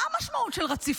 מה המשמעות של רציף?